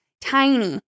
tiny